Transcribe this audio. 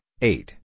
eight